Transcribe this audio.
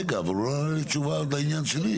רגע, אבל הוא לא ענה לי תשובה בעניין שלי.